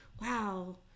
wow